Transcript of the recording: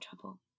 trouble